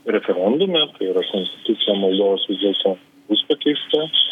referendume tai yra konstituicija na jos vis dėlto bus pakeista